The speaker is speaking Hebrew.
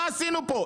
מה עשינו פה?